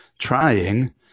trying